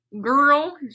Girl